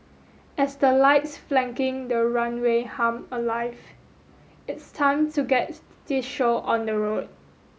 as the lights flanking the runway hum alive it's time to get this show on the road